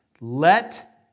let